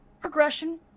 progression